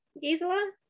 Gisela